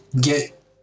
get